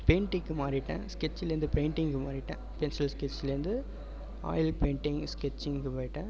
பெயிண்ட்டிங்குக்கு மாறிவிட்டேன் ஸ்கெட்ச்லேருந்து பெயிண்ட்டிங்குக்கு மாறிவிட்டேன் பென்சில் ஸ்கெட்ச்லேருந்து ஆயில் பெயிண்டிங் ஸ்கெட்ச்சிங்குக்கு போய்விட்டேன்